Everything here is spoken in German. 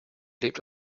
lebt